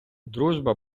дружба